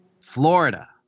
Florida